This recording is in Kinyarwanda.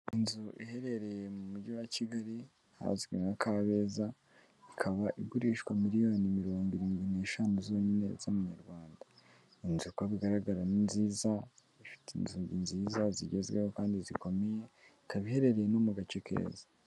Inzu iherereye mu mujyi wa Kigali ahazwi nka Kabeza ikaba igurishwa miliyoni mirongo irindwi n'eshanu zonyine z'amanyarwanda, nk'uko bigaragara ni nziza; ifite inzugi nziza zigezweho kandi zikomeye, ikaba iherereye no mu gace keza.